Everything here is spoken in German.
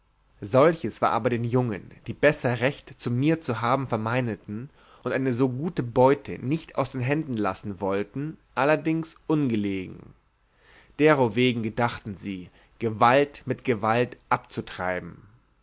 solches war aber den jungen die besser recht zu mir zu haben vermeineten und eine so gute beute nicht aus den händen lassen wollten allerdings ungelegen derowegen gedachten sie gewalt mit gewalt abzutreiben